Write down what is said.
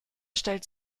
stellt